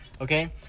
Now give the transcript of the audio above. okay